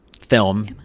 Film